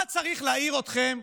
מה צריך להעיר אתכם?